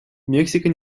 мексика